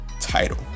title